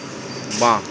বাঁ